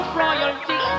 royalty